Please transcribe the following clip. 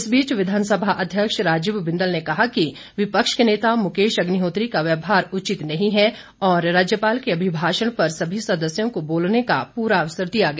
इस बीच विधानसभा अध्यक्ष राजीव बिंदल ने कहा कि विपक्ष के नेता मुकेश अग्निहोत्री का व्यवहार उचित नहीं है और राज्यपाल के अभिभाषण पर सभी सदस्यों को बोलने का पूरा अवसर दिया गया